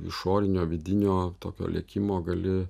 išorinio vidinio tokio lėkimo gali